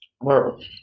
World